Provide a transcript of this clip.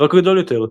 רק גדול יותר.